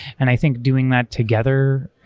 and i think doing that together,